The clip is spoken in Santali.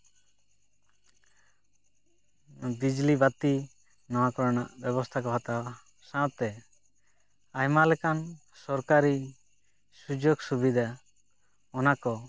ᱵᱤᱡᱽᱞᱤ ᱵᱟᱹᱛᱤ ᱱᱚᱣᱟ ᱠᱚᱨᱮᱱᱟᱜ ᱵᱮᱵᱚᱥᱛᱟ ᱠᱚ ᱦᱟᱛᱟᱣᱟ ᱥᱟᱶᱛᱮ ᱟᱭᱢᱟ ᱞᱮᱠᱟᱱ ᱥᱚᱨᱠᱟᱨᱤ ᱥᱩᱡᱳᱜᱽ ᱥᱩᱵᱤᱫᱟ ᱚᱱᱟ ᱠᱚ